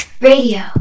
Radio